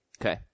Okay